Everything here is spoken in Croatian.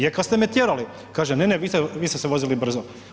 Je kad ste me tjerali, kaže ne, ne vi ste se vozili brzo.